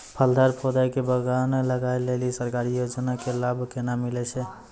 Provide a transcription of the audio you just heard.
फलदार पौधा के बगान लगाय लेली सरकारी योजना के लाभ केना मिलै छै?